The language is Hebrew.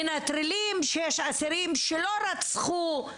מנטרלים את זה שיש אסירים שלא רצחו,